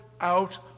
out